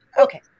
okay